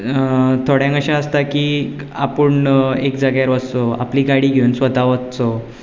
थोड्यांक अशें आसता की आपूण एक जाग्यार वचो आपली गाडी घेवन स्वता वचचो